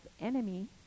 enemy